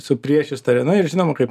su priešistore na ir žinoma kaip